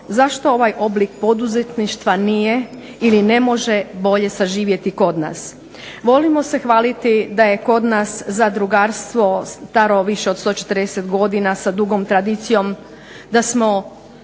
zašto ovaj oblik poduzetništva nije ili ne može bolje saživjeti kod nas? Volimo se hvaliti da je kod nas zadrugarstvo staro više od 140 godina sa dugom tradicijom, da smo